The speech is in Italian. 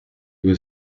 due